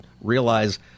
realize